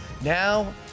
now